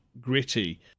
gritty